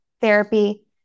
therapy